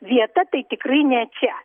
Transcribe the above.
vieta tai tikrai ne čia